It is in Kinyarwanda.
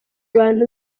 abantu